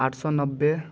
आठ सौ नब्बे